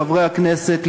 חברי הכנסת,